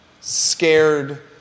scared